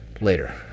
later